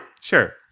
Sure